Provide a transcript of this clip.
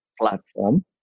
platform